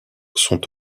sont